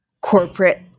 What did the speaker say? corporate